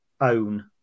own